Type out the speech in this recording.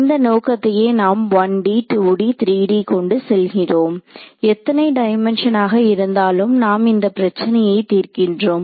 இந்த நோக்கத்தையே நாம் 1D 2D 3D கொண்டு செல்கிறோம் எத்தனை டைமென்ஷன் ஆக இருந்தாலும் நாம் இந்த பிரச்சனையை தீர்க்கின்றோம்